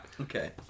Okay